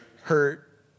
hurt